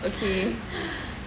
okay